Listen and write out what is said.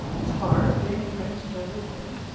it's hard being a transgender woman.